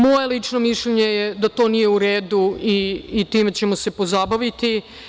Moje lično mišljenje je da to nije u redu i time ćemo se pozabaviti.